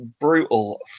brutal